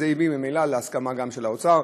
וזה הביא ממילא להסכמה גם של האוצר,